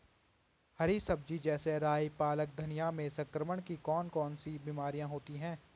हरी सब्जी जैसे राई पालक धनिया में संक्रमण की कौन कौन सी बीमारियां होती हैं?